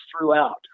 throughout